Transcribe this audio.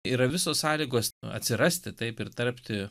yra visos sąlygos atsirasti taip ir tarpti